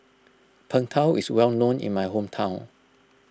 Png Tao is well known in my hometown